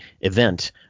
event